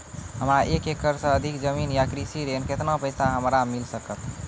हमरा एक एकरऽ सऽ अधिक जमीन या कृषि ऋण केतना पैसा हमरा मिल सकत?